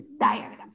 diagrams